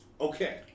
Okay